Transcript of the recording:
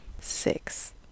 Six